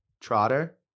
Trotter